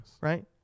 right